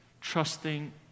Trusting